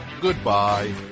Goodbye